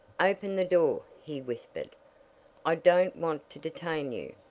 open the door, he whispered i don't want to detain you.